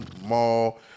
mall